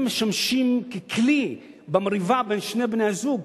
משמשים ככלי במריבה בין שני בני-הזוג.